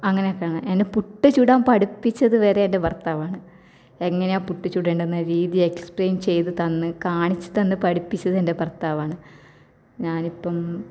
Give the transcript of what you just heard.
അങ്ങനെയൊക്കെയാണ് എന്നെ പുട്ട് ചുടാൻ പഠിപ്പിച്ചത് വരെ എൻ്റെ ഭർത്താവാണ് എങ്ങനെയാണ് പുട്ട് ചുടേണ്ടത് എന്ന രീതി എക്സ്പ്ലൈൻ ചെയ്ത് തന്ന് കാണിച്ച് തന്ന് പഠിപ്പിച്ചത് എൻ്റെ ഭർത്താവാണ് ഞാനിപ്പം